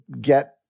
get